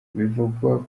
bivugwa